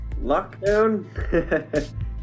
lockdown